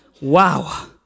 Wow